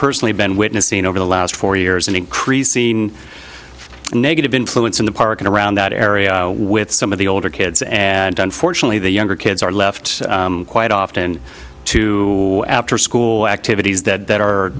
personally been witnessing over the last four years an increase seen a negative influence in the park and around that area with some of the older kids and unfortunately the younger kids are left quite often to after school activities that